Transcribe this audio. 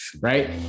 Right